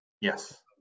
Yes